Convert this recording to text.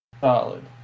Solid